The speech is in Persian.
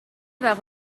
وقت